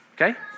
okay